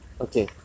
Okay